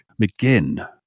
McGinn